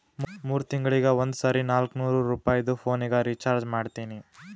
ಮೂರ್ ತಿಂಗಳಿಗ ಒಂದ್ ಸರಿ ನಾಕ್ನೂರ್ ರುಪಾಯಿದು ಪೋನಿಗ ರೀಚಾರ್ಜ್ ಮಾಡ್ತೀನಿ